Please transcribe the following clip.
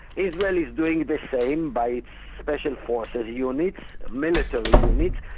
israel is doing the same by special forces units, military units.